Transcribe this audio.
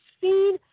seen